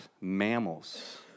mammals